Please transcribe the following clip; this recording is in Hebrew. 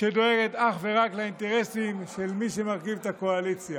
שדואגת אך ורק לאינטרסים של מי שמרכיב את הקואליציה.